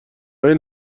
این